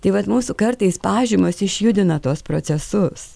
tai vat mūsų kartais pažymos išjudina tuos procesus